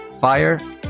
fire